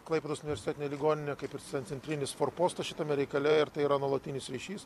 klaipėdos universitetinė ligoninė kaip ir centrinis forpostas šitame reikale ir tai yra nuolatinis ryšys